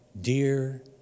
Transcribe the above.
dear